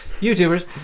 YouTubers